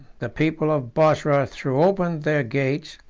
the people of bosra threw open their gates,